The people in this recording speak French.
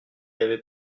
avait